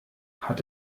hat